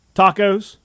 tacos